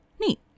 neat